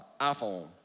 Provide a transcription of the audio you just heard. iPhone